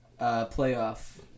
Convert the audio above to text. playoff